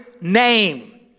name